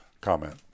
comment